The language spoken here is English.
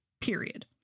period